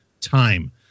time